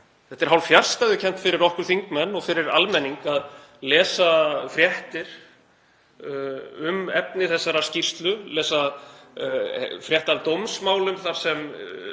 Það er hálffjarstæðukennt fyrir okkur þingmenn og fyrir almenning að lesa fréttir um efni þessarar skýrslu, lesa frétt af dómsmálum þar sem